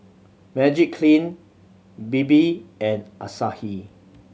Magiclean Bebe and Asahi